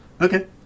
Okay